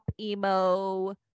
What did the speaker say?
emo